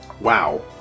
Wow